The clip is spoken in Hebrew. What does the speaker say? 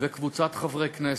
וקבוצת חברי כנסת.